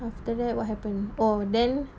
after that what happen oh then